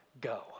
go